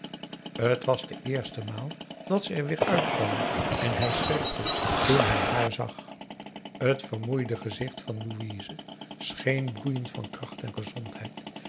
t was de eerste maal dat ze er weêr uitkwam en hij schrikte toen hij haar zag t vermoeide gezicht van louise scheen bloeiend van kracht en gezondheid